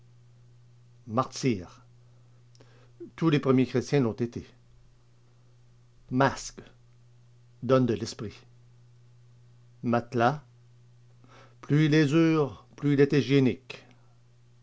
martyrs tous les premiers chrétiens l'ont été masque donne de l'esprit matelas plus il est dur plus il